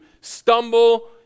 stumble